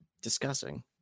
discussing